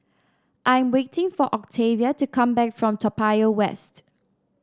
I'm waiting for Octavia to come back from Toa Payoh West